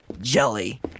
Jelly